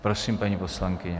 Prosím, paní poslankyně.